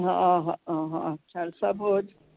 हा हा हा सर सभु हुज